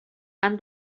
han